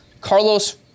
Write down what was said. Carlos